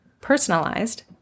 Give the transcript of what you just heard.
personalized